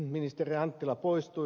ministeri anttila poistui